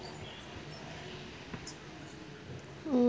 mm